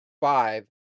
Five